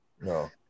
No